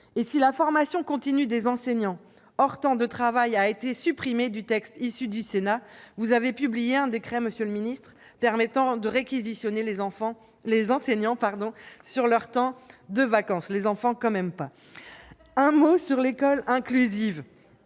Si la formation continue des enseignants hors temps de travail a été supprimée du texte issu des travaux du Sénat, vous avez publié un décret, monsieur le ministre, permettant de réquisitionner les enseignants sur leur temps de vacances. S'agissant de l'école inclusive,